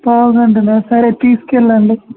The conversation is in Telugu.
పావుగంటా సరే తీసుకెళ్ళండి